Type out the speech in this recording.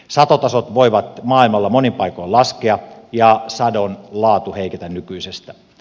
satotasot voivat maailmalla monin paikoin laskea ja sadon laatu heiketä nykyisestä